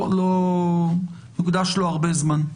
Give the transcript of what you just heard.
לא יוקדש לו הרבה זמן.